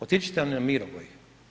Otiđite na Mirogoj.